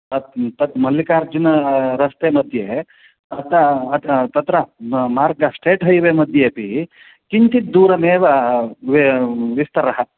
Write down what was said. अत् तत् मल्लिकार्जुन रस्तेमध्ये अत अत्र तत्र मार्ग स्टेट् हैवे मध्येपि किञ्चित् दूरमेव विस्तारः